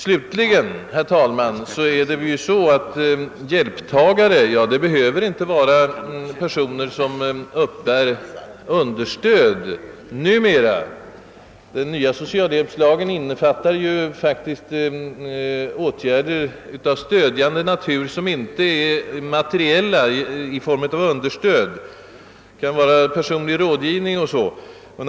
Slutligen, herr talman, är det ju så att hjälptagare numera inte behöver vara personer som uppbär understöd. Den nya socialhjälpslagen avser faktiskt även åtgärder av stödjande natur som inte är materiella t.ex. i form av understöd. Det kan vara stöd i form av enbart personlig rådgivning och så dant.